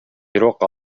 бирок